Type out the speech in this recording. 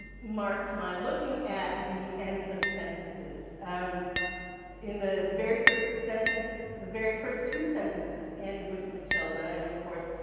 marks my looking at the ends of sentences. um in the very first sentence, the very first two sentences end with matilda, and, of course,